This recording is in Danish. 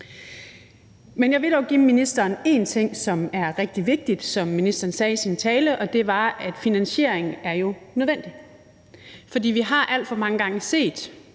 Men jeg vil dog give ministeren én ting, som er rigtig vigtig, som ministeren sagde i sin tale, nemlig at finansieringen jo er nødvendig. For vi har alt for mange gange set,